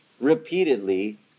repeatedly